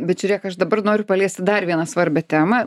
bet žiūrėk aš dabar noriu paliesti dar vieną svarbią temą